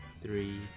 three